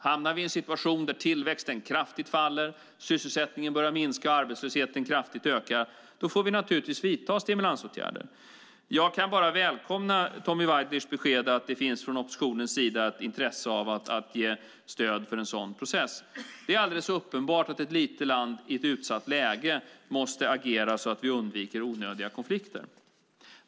Hamnar vi i en situation där tillväxten kraftigt faller, sysselsättningen börjar minska och arbetslösheten kraftigt öka får vi naturligtvis vidta stimulansåtgärder. Jag kan bara välkomna Tommy Waidelichs besked att det finns från oppositionens sida ett intresse av att ge stöd för en sådan process. Det är alldeles uppenbart att ett litet land i ett utsatt läge måste agera så att vi undviker onödiga konflikter.